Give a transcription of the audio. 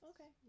Okay